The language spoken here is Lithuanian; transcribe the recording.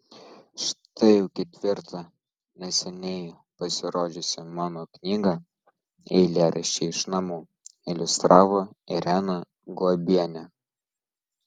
štai jau ketvirtą neseniai pasirodžiusią mano knygą eilėraščiai iš namų iliustravo irena guobienė